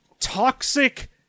toxic